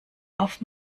auf